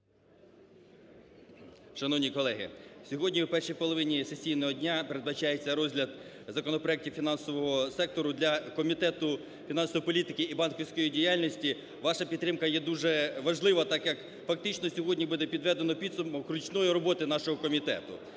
Шановні колеги, сьогодні у першій половині сесійного дня передбачається розгляд законопроектів фінансового сектору для Комітету фінансової політики і банківської діяльності. Ваша підтримка є дуже важлива, так як фактично сьогодні буде підведено підсумок річної роботи нашого комітету.